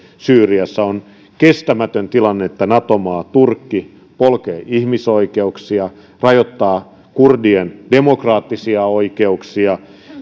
syyriassa on kestämätön tilanne että nato maa turkki polkee ihmisoikeuksia rajoittaa kurdien demokraattisia oikeuksia